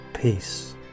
peace